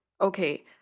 okay